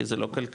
כי זה לא כלכלי,